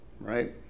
right